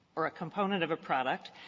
or a component of a product,